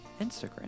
Instagram